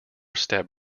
step